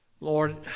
Lord